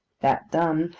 that done,